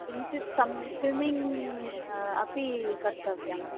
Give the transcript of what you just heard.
किञ्चित् सम् स्विमिङ्ग् अपि कर्तव्यं